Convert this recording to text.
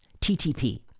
TTP